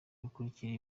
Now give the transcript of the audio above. bakurikiye